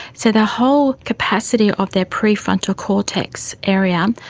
so the whole capacity of their prefrontal cortex area,